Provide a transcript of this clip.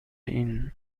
این